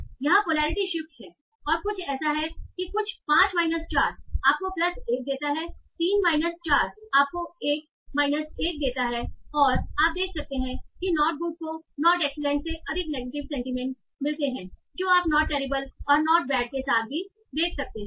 तो यहाँ polarity shift है और कुछ ऐसा है कि कुछ 5 माइनस 4 आपको प्लस 1 देता है 3 माइनस 4 आपको 1 माइनस 1 देता है और आप देख सकते हैं कि नॉट गुड का नोट एक्सीलेंट से अधिक नेगेटिव सेंटीमेंट है जो आप नॉट टेरिबल और नॉट बैड के साथ भी देख सकते हैं